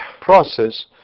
process